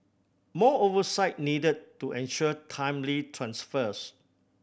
more oversight needed to ensure timely transfers